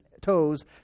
toes